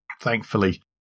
thankfully